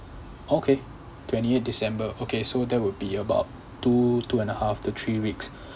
okay twenty eight december okay so that would be about two two and a half to three weeks